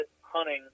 hunting